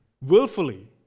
willfully